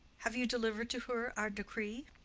have you delivered to her our decree?